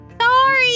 Sorry